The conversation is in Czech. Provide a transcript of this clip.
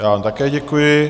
Já vám také děkuji.